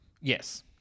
Yes